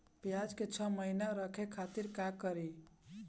प्याज के छह महीना रखे खातिर का करी?